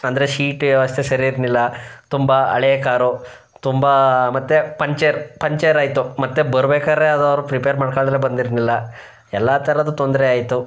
ಅಂದರೆ ಶೀಟು ವ್ಯವಸ್ಥೆ ಸರಿ ಇರ್ಲಿಲ್ಲ ತುಂಬ ಹಳೇ ಕಾರು ತುಂಬ ಮತ್ತು ಪಂಚರ್ ಪಂಚರಾಯಿತು ಮತ್ತು ಬರ್ಬೇಕಾದ್ರೆ ಅದು ಅವ್ರು ಪ್ರಿಪೇರ್ ಮಾಡ್ಕೊಳ್ದೆ ಬಂದಿರ್ಲಿಲ್ಲ ಎಲ್ಲ ಥರದ ತೊಂದರೆ ಆಯಿತು